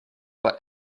but